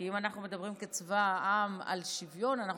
כי אם אנחנו מדברים כצבא העם על שוויון אנחנו